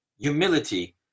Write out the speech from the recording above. humility